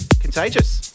Contagious